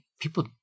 people